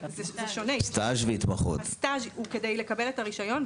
הסטאז' הוא כדי לקבל את הרישיון,